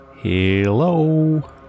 Hello